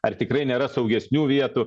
ar tikrai nėra saugesnių vietų